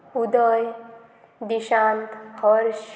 उदय Dishant हर्ष